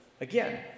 Again